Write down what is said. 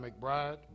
McBride